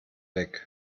weg